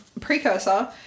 precursor